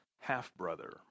half-brother